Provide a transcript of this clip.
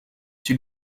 sud